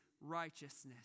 righteousness